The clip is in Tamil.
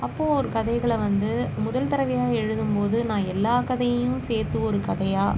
அப்போது ஒரு கதைகளை வந்து முதல் தடவையா எழுதும் போது நான் எல்லா கதையையும் சேர்த்து ஒரு கதையாக